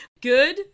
Good